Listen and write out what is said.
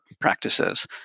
practices